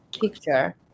picture